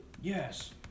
Yes